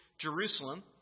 Jerusalem